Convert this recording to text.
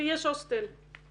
ויש הוסטל.